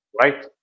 right